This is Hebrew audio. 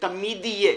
ותמיד יהיה.